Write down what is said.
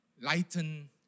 lighten